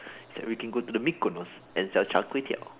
ya we can go to the Mikonos and sell Char-Kway-Teow